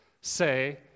say